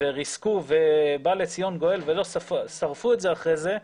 וריסקו ובא לציון גואל ולא שרפו את זה אחרי זה,